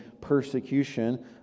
persecution